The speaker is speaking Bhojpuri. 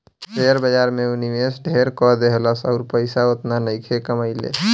शेयर बाजार में ऊ निवेश ढेर क देहलस अउर पइसा ओतना नइखे कमइले